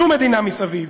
שום מדינה מסביב.